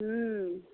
हुँ